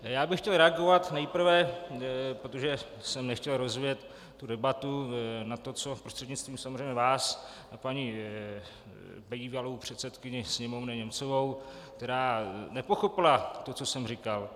Já bych chtěl reagovat nejprve, protože jsem nechtěl rozvíjet tu debatu na to, co prostřednictvím samozřejmě vás na paní bývalou předsedkyni Sněmovny Němcovou, která nepochopila to, co jsem říkal.